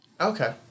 Okay